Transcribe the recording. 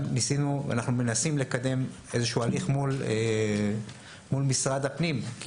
אנחנו מנסים לקדם איזשהו הליך מול משרד הפנים כי